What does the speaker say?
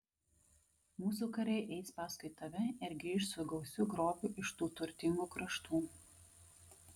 mūsų kariai eis paskui tave ir grįš su gausiu grobiu iš tų turtingų kraštų